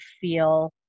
feel